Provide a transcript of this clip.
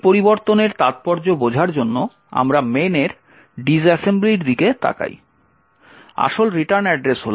এই পরিবর্তনের তাৎপর্য বোঝার জন্য আমরা main এর ডিস অ্যাসেম্বলির দিকে তাকাই